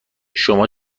شما